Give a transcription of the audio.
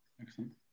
Excellent